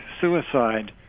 suicide